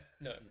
No